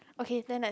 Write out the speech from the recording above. okay then I